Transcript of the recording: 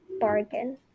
bargain